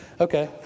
Okay